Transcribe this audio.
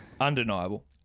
Undeniable